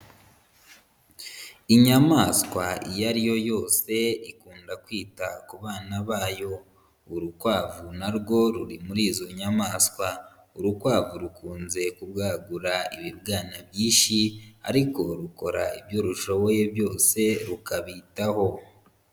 Inyamaswa iyo ari yo yose ikunda kwita ku bana bayo. Urukwavu na rwo ruri muri izo nyamaswa. Urukwavu rukunze kubwagura ibibwana byinshi ariko rukora ibyo rushoboye byose rukabitaho.